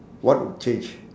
what would change